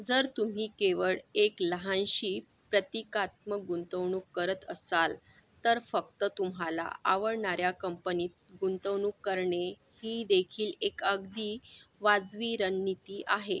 जर तुम्ही केवळ एक लहानशी प्रतीकात्मक गुंतवणूक करत असाल तर फक्त तुम्हाला आवडणाऱ्या कंपनीत गुंतवणूक करणे ही देखील एक अगदी वाजवी रणनीती आहे